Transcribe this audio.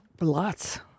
lots